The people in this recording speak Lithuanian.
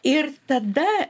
ir tada